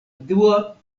dua